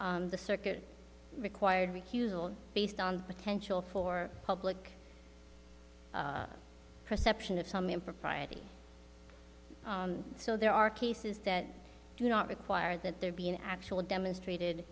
the circuit required recusal based on the potential for public perception of some impropriety so there are cases that do not require that there be an actual demonstrated